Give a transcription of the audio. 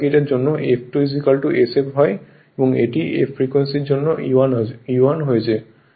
এখন এটি f frequency এর জন্য E1 হয়েছে